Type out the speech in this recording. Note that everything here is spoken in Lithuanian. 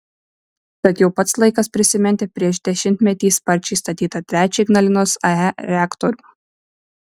tad jau pats laikas prisiminti prieš dešimtmetį sparčiai statytą trečią ignalinos ae reaktorių